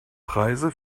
preise